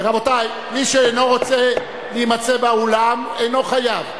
רבותי, מי שאינו רוצה להימצא באולם אינו חייב,